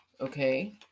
Okay